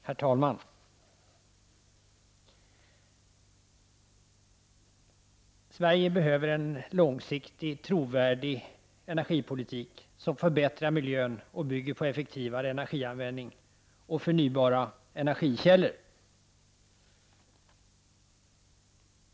Herr talman! Sverige behöver en långsiktig trovärdig energipolitik som förbättrar miljön och bygger på effektivare energianvändning och förnybara energikällor.